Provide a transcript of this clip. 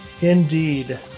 Indeed